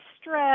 stress